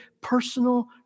personal